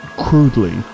crudely